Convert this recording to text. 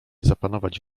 zapanować